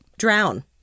Drown